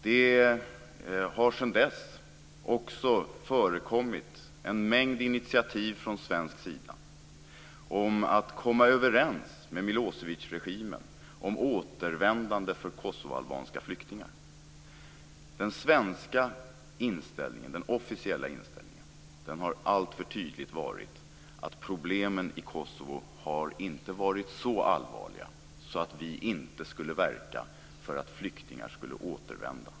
Det har sedan dess också förekommit en mängd initiativ från svensk sida om att komma överens med Milosevicregimen om återvändande för kosovoalbanska flyktingar. Den officiella svenska inställningen har alltför tydligt varit att problemen i Kosovo inte har varit så allvarliga att vi inte skulle verka för att flyktingar skulle återvända.